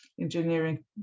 engineering